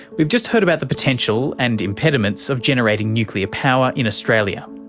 we've just heard about the potential and impediments of generating nuclear power in australia,